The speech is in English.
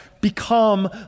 become